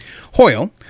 Hoyle